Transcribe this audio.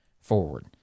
forward